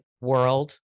world